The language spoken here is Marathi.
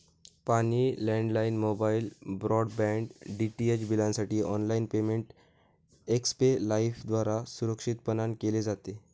पाणी, लँडलाइन, मोबाईल, ब्रॉडबँड, डीटीएच बिलांसाठी ऑनलाइन पेमेंट एक्स्पे लाइफद्वारा सुरक्षितपणान केले जाते